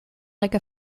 like